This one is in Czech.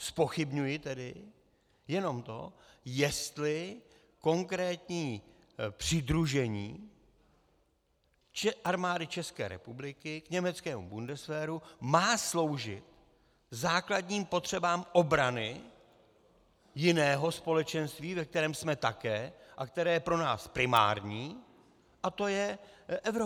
Zpochybňuji tedy jenom to, jestli konkrétní přidružení Armády České republiky k německému Bundeswehru má sloužit základním potřebám obrany jiného společenství, ve kterém jsme také a které je pro nás primární, a to je Evropy.